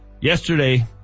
Yesterday